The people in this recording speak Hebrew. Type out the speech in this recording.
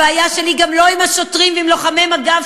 הבעיה שלי היא גם לא עם השוטרים ועם לוחמי מג"ב,